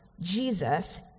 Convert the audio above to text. Jesus